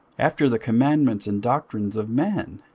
after the commandments and doctrines of men?